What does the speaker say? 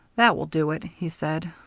that will do it, he said.